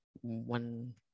one